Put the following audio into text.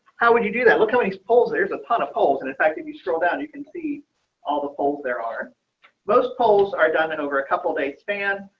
how would you do that. look how many poles. there's a ton of poles and in fact if you scroll down you can see all the folks there are most polls are done in over a couple days span.